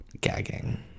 Gagging